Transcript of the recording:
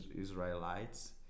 Israelites